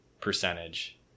percentage